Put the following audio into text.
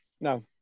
No